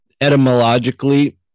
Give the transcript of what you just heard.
etymologically